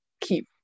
keep